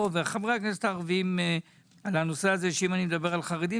וחברי כנסת ערבים על הנושא הזה שאם אני מדבר על חרדים,